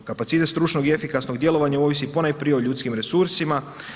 Kapacitet stručnog i efikasnog djelovanja ovisi ponajprije o ljudskim resursima.